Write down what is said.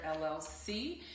LLC